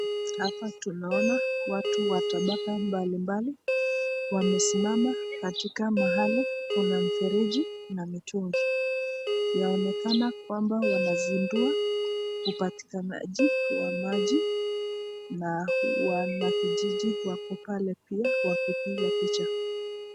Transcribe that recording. Hapa tunaona watu wa tabaka mbalimbali wamesimama katika mahali kuna mfereji na mitungi, yaonekana kwamba wanazindua upatikanaji wa maji na wanakijiji wako pale pia wakipiga picha.